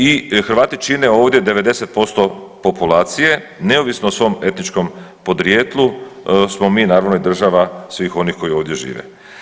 I Hrvati čine ovdje 90% populacije neovisno o svom etničkom podrijetlu, smo mi naravno i država svih onih koji ovdje žive.